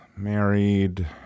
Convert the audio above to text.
Married